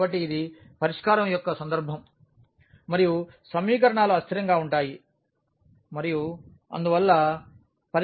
కాబట్టి ఇది పరిష్కారం యొక్క సందర్భం మరియు సమీకరణాలు అస్థిరంగా ఉంటాయి మరియు అందువల్ల పరిష్కారం ఉనికిలో లేదు